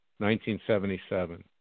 1977